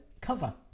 cover